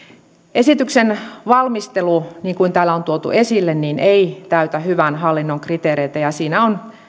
esityksen valmistelu niin kuin täällä on tuotu esille ei täytä hyvän hallinnon kriteereitä siinä on